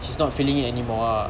she's not feeling it anymore ah